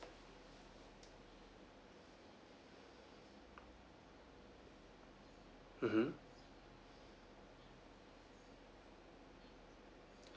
mmhmm